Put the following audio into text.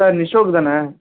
sir நிஷோக் தானே